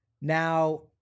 Now